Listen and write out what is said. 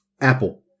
Apple